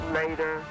later